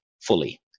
fully